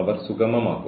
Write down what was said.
നമ്മൾ മനുഷ്യരാണ്